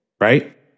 right